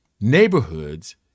neighborhoods